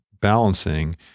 balancing